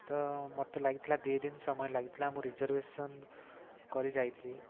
ତ ମୋତେ ଲାଗିଥିଲା ଦୁଇ ଦିନ୍ ସମୟ ଲାଗିଥିଲା ମୁଁ ରିର୍ସର୍ଭେସନ୍ କରି ଯାଇଥିଲି